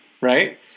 right